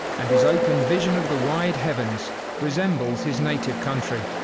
and his open vision of the wide heavens resembles his native country.